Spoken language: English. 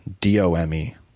d-o-m-e